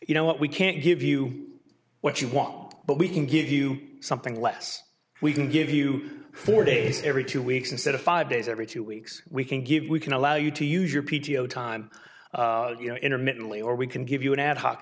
you know what we can't give you what you want but we can give you something less we can give you four days every two weeks instead of five days every two weeks we can give we can allow you to use your p t o time you know intermittently or we can give you an ad ho